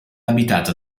abitata